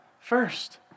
First